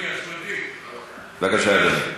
אשמתי, אשמתי, בבקשה, אדוני.